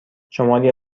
شماری